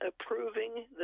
approving